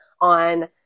on